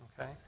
Okay